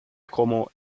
como